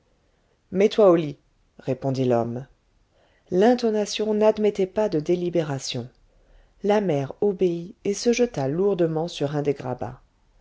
mets-toi au lit répondit l'homme l'intonation n'admettait pas de délibération la mère obéit et se jeta lourdement sur un des grabats